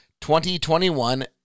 2021